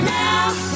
now